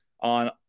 on